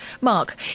Mark